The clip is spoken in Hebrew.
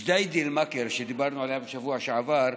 בג'דיידה-מכר, שדיברנו עליה בשבוע שעבר,